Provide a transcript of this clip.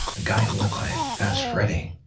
a guy who went by fast freddie.